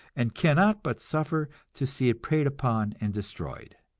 and cannot but suffer to see it preyed upon and destroyed.